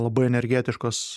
labai energetiškos